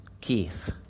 Keith